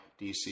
DC